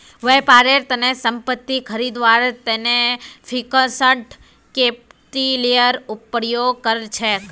व्यापारेर तने संपत्ति खरीदवार तने फिक्स्ड कैपितलेर प्रयोग कर छेक